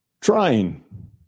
trying